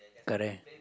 correct